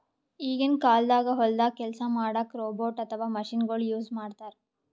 ಈಗಿನ ಕಾಲ್ದಾಗ ಹೊಲ್ದಾಗ ಕೆಲ್ಸ್ ಮಾಡಕ್ಕ್ ರೋಬೋಟ್ ಅಥವಾ ಮಷಿನಗೊಳು ಯೂಸ್ ಮಾಡ್ತಾರ್